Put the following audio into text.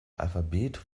alphabet